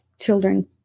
children